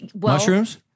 Mushrooms